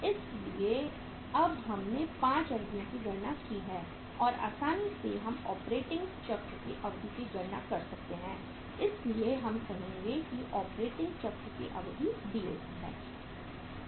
इसलिए अब हमने सभी 5 अवधि की गणना की है और आसानी से हम ऑपरेटिंग चक्र की अवधि की गणना कर सकते हैं इसलिए हम कहेंगे कि ऑपरेटिंग चक्र की अवधि है DOC